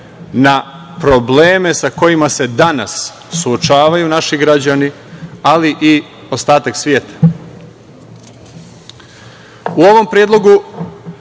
na probleme sa kojima se danas suočavaju naši građani, ali i ostatak sveta.U